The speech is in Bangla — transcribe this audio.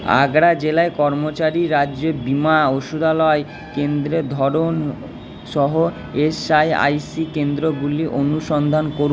আগ্রা জেলায় কর্মচারী রাজ্যে বীমা ওষুধালয় কেন্দ্রের ধরন সহ এসআইআইসি কেন্দ্রগুলি অনুসন্ধান করুন